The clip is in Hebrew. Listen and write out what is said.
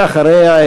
ואחריה,